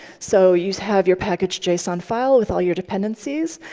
so you have your package json file with all your dependencies,